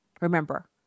Remember